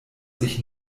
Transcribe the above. sich